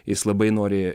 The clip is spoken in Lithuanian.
jis labai nori